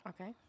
Okay